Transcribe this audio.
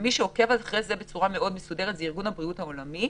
מי שכן עוקב אחרי זה בצורה מאוד מסודרת זה ארגון הבריאות העולמי,